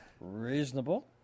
Reasonable